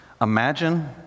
Imagine